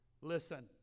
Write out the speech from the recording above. Listen